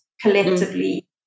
collectively